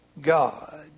God